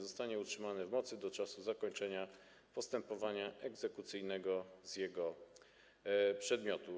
Zostanie utrzymane w mocy do czasu zakończenia postępowania egzekucyjnego z jego przedmiotu.